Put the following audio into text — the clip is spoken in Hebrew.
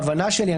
ההבנה שלי,